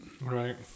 Right